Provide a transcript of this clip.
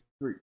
three